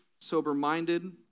sober-minded